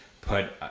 put